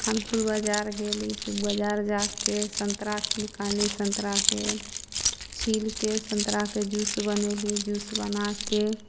खानपुर बजार गेली तऽ बजार जाके सन्तरा कीनिकऽ अनली सन्तराके छीलिके सन्तराके जूस बनेली जूस बनाके